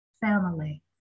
family